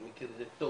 אני מכיר את זה טוב,